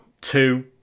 two